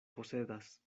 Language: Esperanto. posedas